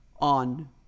on